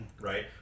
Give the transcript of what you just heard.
right